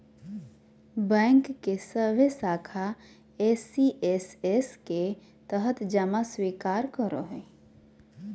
bank के सभे शाखा एस.सी.एस.एस के तहत जमा स्वीकार करो हइ